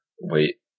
wait